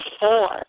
four